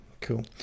Cool